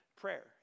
prayer